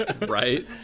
Right